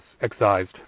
excised